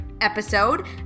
episode